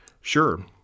Sure